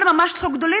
אבל הם ממש לא גדולים,